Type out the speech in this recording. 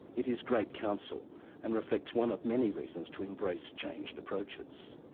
it is great counsel and reflects one of many reasons to embrace changed approaches.